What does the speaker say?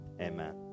Amen